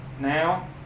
now